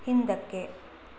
ಹಿಂದಕ್ಕೆ